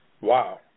wow